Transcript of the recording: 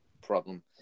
problem